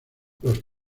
los